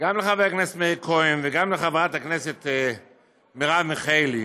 גם לחבר הכנסת מאיר כהן וגם לחברת הכנסת מרב מיכאלי